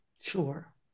Sure